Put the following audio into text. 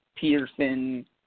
Peterson